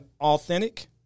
authentic